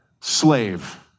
slave